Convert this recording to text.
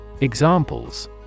Examples